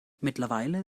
mittlerweile